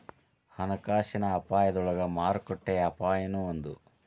ಹಣಕಾಸಿನ ಅಪಾಯದೊಳಗ ಮಾರುಕಟ್ಟೆ ಅಪಾಯನೂ ಒಂದ್